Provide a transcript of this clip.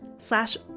slash